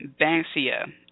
Bansia